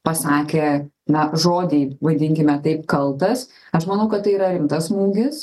pasakė na žodį vadinkime taip kaltas aš manau kad tai yra rimtas smūgis